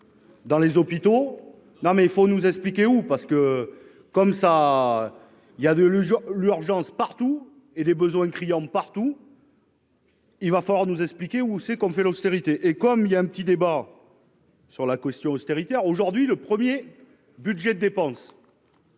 dans les hôpitaux, non mais il faut nous expliquer ou parce que comme ça il y a de l'humour, l'urgence partout et des besoins criants partout. Il va falloir nous expliquer où c'est qu'on fait l'austérité et comme il y a un petit débat. Sur la caution austérité aujourd'hui le 1er budget de dépenses.